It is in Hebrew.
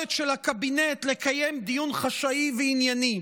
ביכולת של הקבינט לקיים דיון חשאי וענייני.